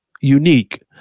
unique